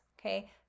okay